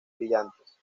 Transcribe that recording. brillantes